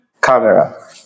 camera